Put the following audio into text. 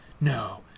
No